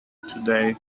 today